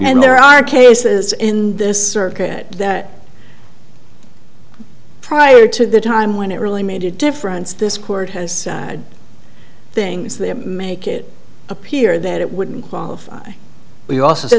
and there are cases in this circuit that prior to the time when it really made a difference this court has had things that make it appear that it wouldn't qualify we also